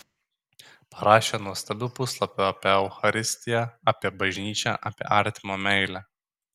parašė nuostabių puslapių apie eucharistiją apie bažnyčią apie artimo meilę